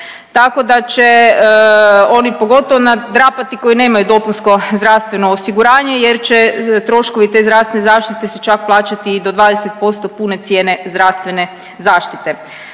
tako da će oni pogotovo nadrapati koji nemaju dopunsko zdravstveno osiguranje jer će troškovi te zdravstvene zaštite se čak plaćati i do 20% pune cijene zdravstvene zaštite.